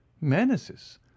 Menaces